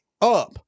up